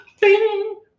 bing